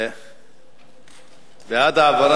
ההצעה להעביר את הנושא לוועדת הפנים והגנת הסביבה נתקבלה.